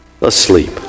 asleep